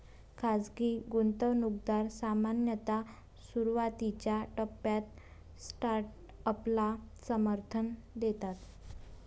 खाजगी गुंतवणूकदार सामान्यतः सुरुवातीच्या टप्प्यात स्टार्टअपला समर्थन देतात